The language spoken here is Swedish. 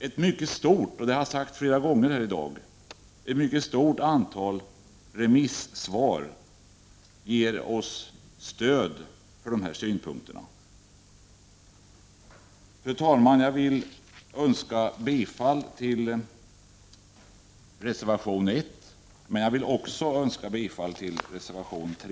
Ett mycket stort — och det har sagts flera gånger i dag — antal remissvar ger oss stöd för de här synpunkterna. Herr talman! Jag önskar bifall till reservation 1 liksom också till reservation 3.